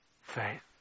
faith